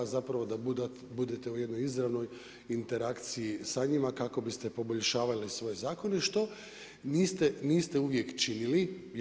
A zapravo da budete u jednoj izravnoj interakciji sa njima, kako biste poboljšavali svoje zakone, što niste uvijek činili.